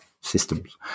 systems